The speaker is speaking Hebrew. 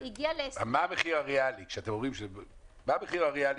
מה המחיר הריאלי בעולם?